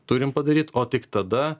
turim padaryt o tik tada